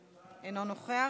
אינו נוכח,